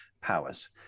powers